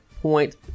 point